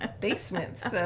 basements